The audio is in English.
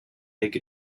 make